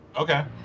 Okay